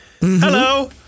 Hello